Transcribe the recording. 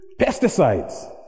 pesticides